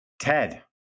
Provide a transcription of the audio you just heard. ted